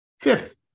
Fifth